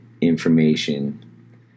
information